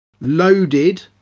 Loaded